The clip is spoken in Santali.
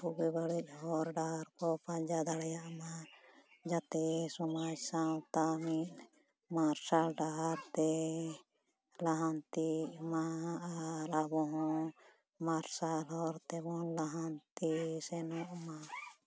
ᱵᱩᱜᱤ ᱵᱟᱹᱲᱤᱡ ᱦᱚᱨ ᱰᱟᱦᱟᱨ ᱠᱚ ᱯᱟᱸᱡᱟ ᱫᱟᱲᱮᱭᱟᱜᱢᱟ ᱡᱟᱛᱮ ᱥᱚᱢᱟᱡᱽ ᱥᱟᱶᱛᱟ ᱢᱤᱫ ᱢᱟᱨᱥᱟᱞ ᱰᱟᱦᱟᱨᱛᱮ ᱞᱟᱦᱟᱱᱛᱤᱜ ᱢᱟ ᱟᱨ ᱟᱵᱚ ᱦᱚᱸ ᱢᱟᱨᱥᱟᱞ ᱦᱚᱨ ᱛᱮᱵᱚᱱ ᱞᱟᱦᱟᱱᱛᱤ ᱥᱮᱱᱚᱜᱼᱢᱟ